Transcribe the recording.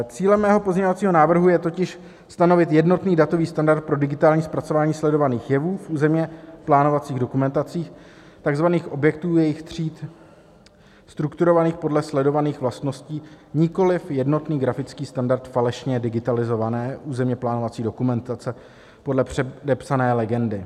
Cílem mého pozměňovacího návrhu je totiž stanovit jednotný datový standard pro digitální zpracování sledovaných jevů v územně plánovacích dokumentacích, takzvaných objektů jejich tříd strukturovaných podle sledovaných vlastností, nikoliv jednotný grafický standard falešně digitalizované územně plánovací dokumentace podle předepsané legendy.